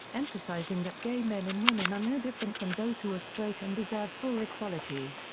emphasizing that gay men and women are no different from those who are straight and deserve full equality.